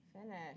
Finish